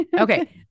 Okay